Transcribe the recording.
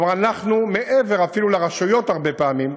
כלומר, אנחנו אפילו מעבר לרשויות, הרבה פעמים,